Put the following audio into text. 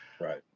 Right